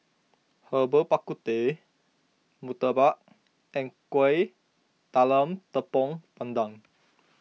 Herbal Bak Ku Teh Murtabak and Kuih Talam Tepong Pandan